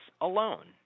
alone